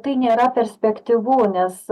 tai nėra perspektyvu nes